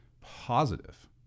positive